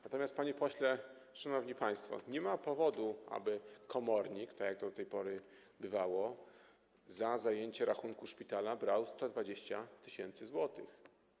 Natomiast, panie pośle, szanowni państwo, nie ma powodu, aby komornik - tak jak do tej pory bywało - za zajęcie rachunku szpitala brał 120 tys. zł.